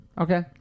Okay